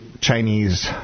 Chinese